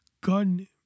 Gun